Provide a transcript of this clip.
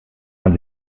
man